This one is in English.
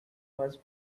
was